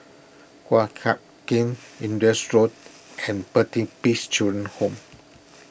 Guan Huat Kiln Indus Road and Pertapis Children Home